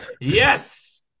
Yes